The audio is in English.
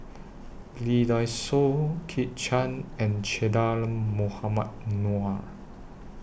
Lee Dai Soh Kit Chan and Che Dah Mohamed Noor